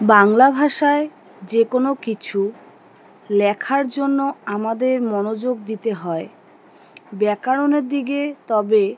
বাংলা ভাষায় যে কোনো কিছু লেখার জন্য আমাদের মনোযোগ দিতে হয় ব্যাকরণের দিকে তবে